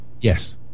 yes